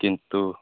କିନ୍ତୁ